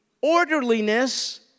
orderliness